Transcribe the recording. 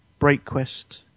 BreakQuest